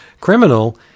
Criminal